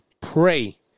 Pray